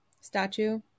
statue